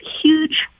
huge